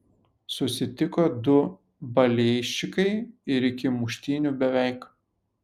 susitiko du balėjščikai ir iki muštynių beveik